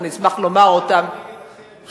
אני אשמח לומר אותם, אחרת.